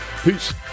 Peace